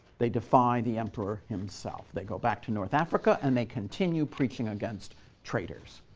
they defy the emperor himself. they go back to north africa, and they continue preaching against traitors.